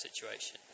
situation